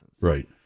Right